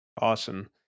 Awesome